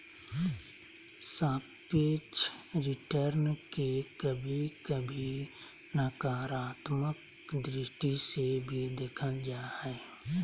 सापेक्ष रिटर्न के कभी कभी नकारात्मक दृष्टि से भी देखल जा हय